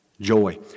joy